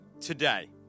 today